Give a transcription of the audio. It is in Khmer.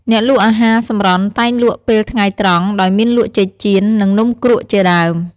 អ្នកលក់អាហារសម្រន់តែងលក់ពេលថ្ងៃត្រង់ ដោយមានលក់ចេកចៀន និងនំគ្រកជាដើម។